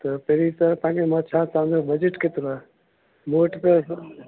त पहिरीं त तव्हां खे मां छा तव्हां जो बजट केतिरो आहे मूं वटि त